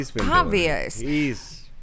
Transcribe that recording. obvious